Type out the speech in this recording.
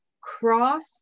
cross